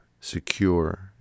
secure